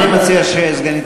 אני מציע שסגנית השר תשיב.